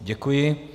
Děkuji.